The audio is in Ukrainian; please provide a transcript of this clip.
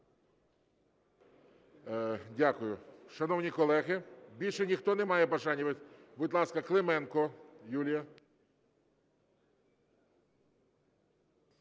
Дякую. Шановні колеги, більше ніхто не має бажання? Будь ласка, Клименко Юлія.